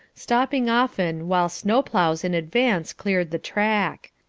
stopping often, while snow-ploughs in advance cleared the track.